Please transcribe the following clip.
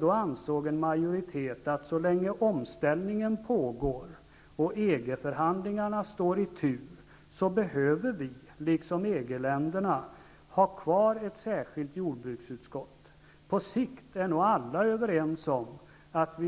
Då ansåg en majoritet att så länge omställningen pågår och EG-förhandlingar står på tur, behöver vi -- liksom EG-länderna -- ha kvar ett särskilt jordbruksutskott. På sikt är nog alla överens om att